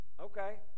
Okay